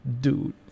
dude